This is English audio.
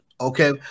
Okay